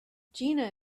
gina